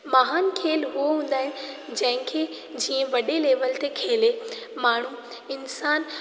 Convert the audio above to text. महान खेल उहो हूंदा आहिनि जंहिं खे जीअं वॾे लेवल ते खेले माण्हू इंसानु